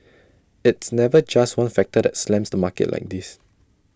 it's never just one factor that slams the market like this